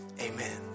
amen